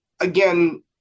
again